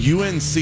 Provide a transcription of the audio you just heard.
UNC